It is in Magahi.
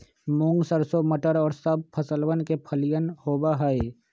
मूंग, सरसों, मटर और सब फसलवन के फलियन होबा हई